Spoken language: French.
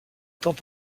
temps